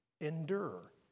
endure